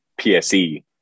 PSE